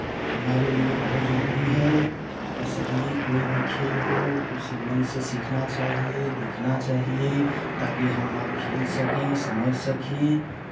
हमारे लिए बहुत जरूरी है इसलिए कोई भी खेल हो उसे मन से सीखना चाहिए देखना चाहिए ताकि हम आप खेल सकें समझ सकें